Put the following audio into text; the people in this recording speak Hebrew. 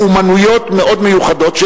באמנויות מאוד מיוחדות,